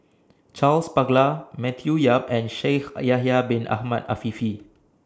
Charles Paglar Matthew Yap and Shaikh Yahya Bin Ahmed Afifi